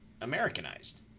Americanized